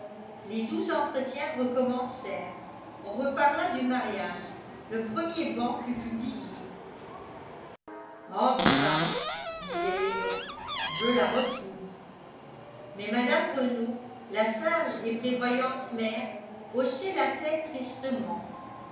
les doux entretiens recommencèrent on reparla du mariage le premier ban fut publié enfin disait léon je la retrouve mais mme renault la sage et prévoyante mère hochait la tête tristement